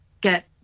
get